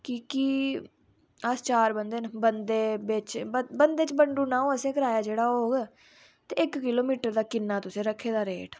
कि की अस चार बंदे हा बंदे बिच बंदे च भंडी ओड़ना जिन्ने बी होग ते इक किलोमिटर दा किन्ना मतलब तुसें रक्खे दा रेट